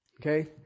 okay